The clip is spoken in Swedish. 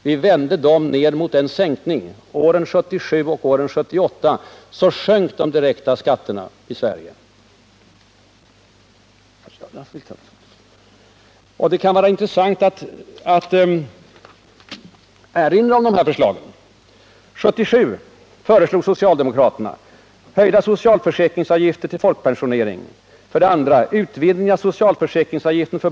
Vi vände den nedåt mot en sänkning — åren 1977 och 1978 sjönk de direkta skatterna i Sverige.